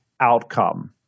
outcome